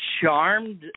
charmed